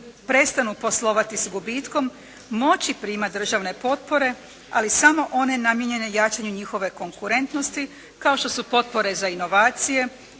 prestanu poslovati s gubitkom moći primat državne potpore ali samo one namijenjene jačanju njihove konkurentnosti kao što su potpore za inovacije,